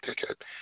ticket